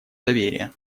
доверия